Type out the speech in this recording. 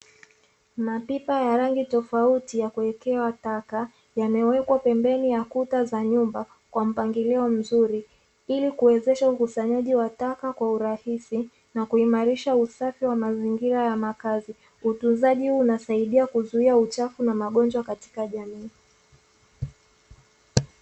Mapipa ya rangi tofauti yakuwekea taka, yamewekwa pembeni ya kuta za nyumba kwa mpangilio mzuri, ili kuwezesha ukusanyaji wa taka kwa urahisi na kuimarisha usafi wa mazingira ya makazi. Utunzaji huu unasaidia kuzuia uchafu na magonjwa katika jamii.